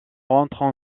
rentrent